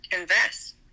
invest